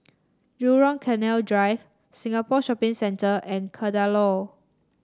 Jurong Canal Drive Singapore Shopping Centre and Kadaloor